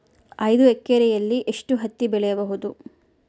ಐದು ಎಕರೆಯಲ್ಲಿ ಎಷ್ಟು ಹತ್ತಿ ಬೆಳೆಯಬಹುದು?